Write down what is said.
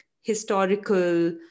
historical